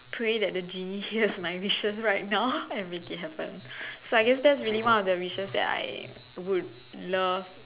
pray that the genie hears my wishes right now and make it happen so I guess that's really one of the wishes that I would love